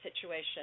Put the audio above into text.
situation